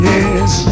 Yes